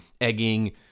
egging